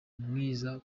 umwiza